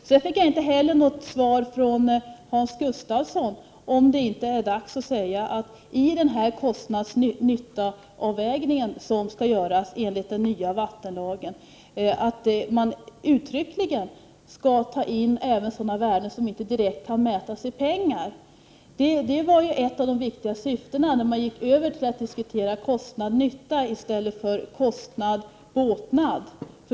Jag fick inte heller något svar från Hans Gustafsson, om det inte är dags att säga att man i den kostnad-nytta-avvägning som skall göras enligt den nya vattenlagen uttryckligen skall ta in även sådana värden som inte direkt kan mätas i pengar. Det var ett av de viktiga syftena när man gick över till att diskutera kostnad — nytta i stället för kostnad-båtnad.